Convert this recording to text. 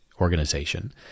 organization